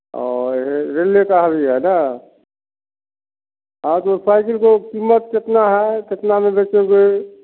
और का भी है ना हाँ तो साइकिल को कीमत कितना है कितना में बेचोगे